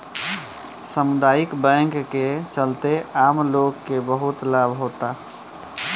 सामुदायिक बैंक के चलते आम लोग के बहुत लाभ होता